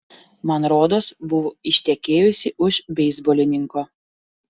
man rodos buvo ištekėjusi už beisbolininko